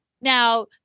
Now